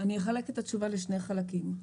אחלק את התשובה לשני חלקים: